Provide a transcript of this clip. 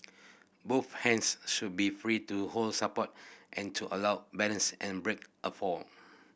both hands should be free to hold support and to allow balance and break a fall